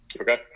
Okay